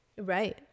right